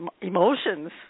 emotions